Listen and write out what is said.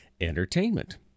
entertainment